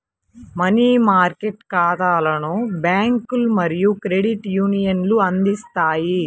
money market ఖాతాలను బ్యాంకులు మరియు క్రెడిట్ యూనియన్లు అందిస్తాయి